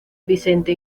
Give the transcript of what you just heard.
vicente